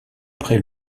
près